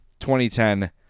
2010